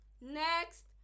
Next